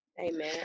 Amen